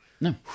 no